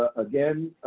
again,